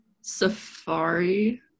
Safari